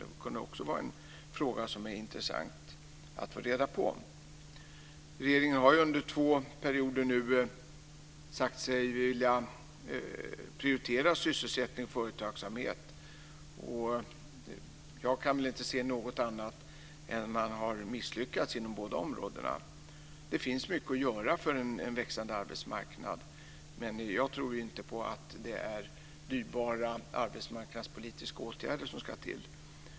Det kunde också vara intressant att få reda på det. Regeringen har nu under två perioder sagt sig vilja prioritera sysselsättning och företagsamhet, och jag kan inte se något annat än att man har misslyckats inom båda områdena. Det finns mycket att göra för en växande arbetsmarknad, men jag tror inte på att det är dyrbara arbetsmarknadspolitiska åtgärder som ska till.